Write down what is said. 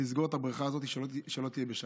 לסגור את הבריכה הזאת שלא תהיה בשבת.